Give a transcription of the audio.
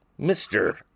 Mr